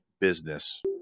business